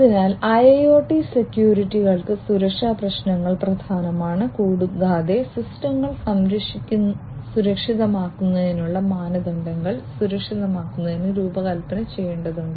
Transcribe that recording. അതിനാൽ IIoT സെക്യൂരിറ്റികൾക്ക് സുരക്ഷാ പ്രശ്നങ്ങൾ പ്രധാനമാണ് കൂടാതെ സിസ്റ്റങ്ങൾ സുരക്ഷിതമാക്കുന്നതിനുള്ള മാനദണ്ഡങ്ങൾ സുരക്ഷിതമാക്കുന്നത് രൂപകൽപ്പന ചെയ്യേണ്ടതുണ്ട്